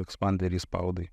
ekspanderį spaudai